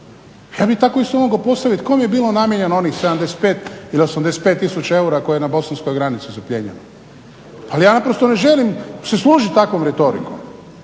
ja bih tako isto mogao postaviti kome je bilo namijenjeno onih 75 ili 85 tisuća eura koje je na Bosanskoj granici zaplijenjeno? Ali ja naprosto ne želim se služiti takvom retorikom